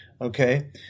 okay